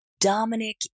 Dominic